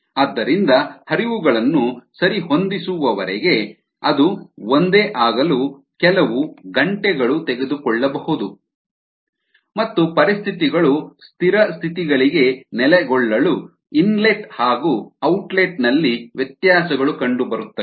ಆದ್ದರಿಂದ ಹರಿವುಗಳನ್ನು ಸರಿಹೊಂದಿಸುವವರೆಗೆ ಅದು ಒಂದೇ ಆಗಲು ಕೆಲವು ಗಂಟೆಗಳು ತೆಗೆದುಕೊಳ್ಳಬಹುದು ಮತ್ತು ಪರಿಸ್ಥಿತಿಗಳು ಸ್ಥಿರ ಸ್ಥಿತಿಗಳಿಗೆ ನೆಲೆಗೊಳ್ಳಲು ಇನ್ಲೆಟ್ ಹಾಗು ಔಟ್ಲೆಟ್ ನಲ್ಲಿ ವ್ಯತ್ಯಾಸಗಳು ಕಂಡುಬರುತ್ತವೆ